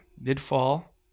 mid-fall